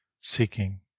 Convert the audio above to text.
seeking